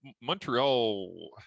Montreal